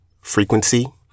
frequency